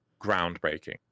groundbreaking